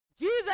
Jesus